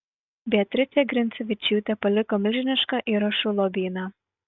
beatričė grincevičiūtė paliko milžinišką įrašų lobyną